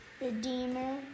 Redeemer